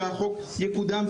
שהחוק יקודם,